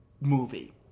movie